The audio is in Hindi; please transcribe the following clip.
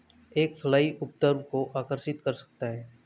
एक फ्लाई उपद्रव को आकर्षित कर सकता है?